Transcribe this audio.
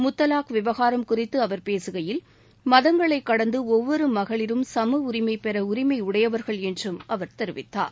முத்தலாக் விவகாரம் குறித்து அவர் பேசுகையில் மதங்களைக் கடந்து ஒவ்வொரு மகளிரும் சும உரிமை பெற உரிமை உடையவர்கள் என்று அவர் தெரிவித்தார்